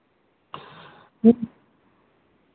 ᱦᱮᱸ